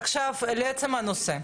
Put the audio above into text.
עכשיו לעצם הנושא.